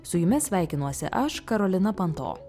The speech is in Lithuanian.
su jumis sveikinuosi aš karolina panto